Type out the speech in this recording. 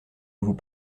vous